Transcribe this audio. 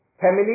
family